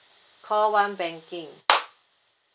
call one banking